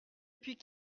puis